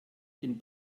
den